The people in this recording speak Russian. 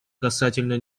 касательно